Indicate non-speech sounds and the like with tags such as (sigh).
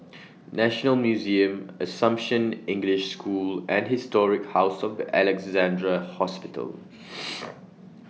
(noise) National Museum Assumption English School and Historic House of The Alexandra Hospital (noise)